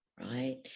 right